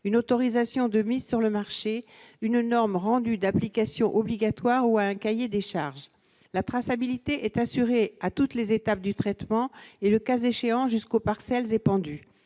une autorisation de mise sur le marché, à une norme rendue d'application obligatoire ou à un cahier des charges, la traçabilité devant être assurée à toutes les étapes du traitement et, le cas échéant, jusqu'aux parcelles d'épandage.